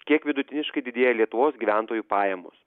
kiek vidutiniškai didėja lietuvos gyventojų pajamos